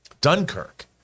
Dunkirk